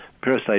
parasite